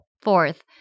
Fourth